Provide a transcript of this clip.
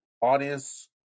audience